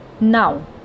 Now